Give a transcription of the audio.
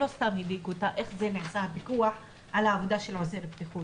איך נעשה הפיקוח על העבודה של עוזר בטיחות.